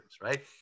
right